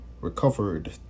recovered